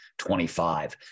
25